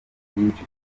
byinshi